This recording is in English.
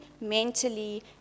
mentally